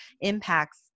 impacts